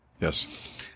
Yes